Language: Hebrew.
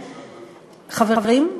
חברים?